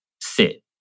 sit